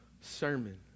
sermon